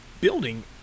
building